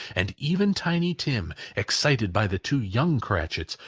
and even tiny tim, excited by the two young cratchits,